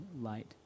light